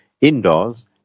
indoors